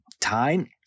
time